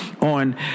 on